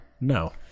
no